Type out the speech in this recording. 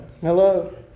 Hello